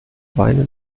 weine